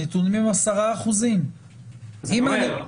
הנתונים הם 10%. אז אני אומר,